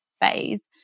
phase